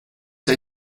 der